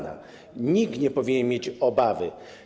Nikt nie powinien mieć obawy.